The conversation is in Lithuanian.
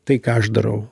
tai ką aš darau